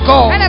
God